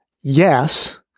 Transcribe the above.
yes